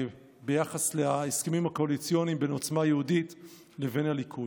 ביחס להסכמים הקואליציוניים בין עוצמה יהודית לבין הליכוד.